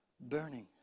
burning